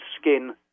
skin